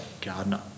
gardener